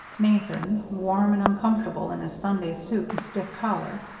nathan, warm and uncomfortable in his sunday suit and stiff collar,